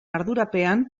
ardurapean